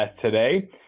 today